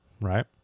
Right